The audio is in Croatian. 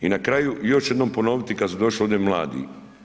I na kraju, još ću jednom ponoviti kad su došli ovdje mladi.